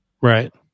Right